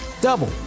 double